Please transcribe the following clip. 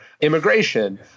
immigration